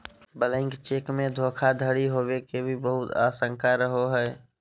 blank cheque मे धोखाधडी होवे के भी बहुत आशंका रहो हय